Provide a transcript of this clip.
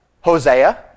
Hosea